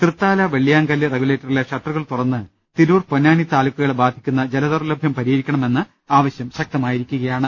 തൃത്താല വെള്ളിയാങ്കല്ല് റഗുലേറ്ററിലെ ഷട്ടറുകൾ തുറന്ന് തിരൂർ പൊന്നാനി താലൂക്കുകളെ ബാധിക്കുന്ന ജലദൌർലഭ്യം പരിഹരിക്കണം എന്ന ആവശ്യം ശക്തമായിരിക്കയാണ്